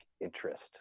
interest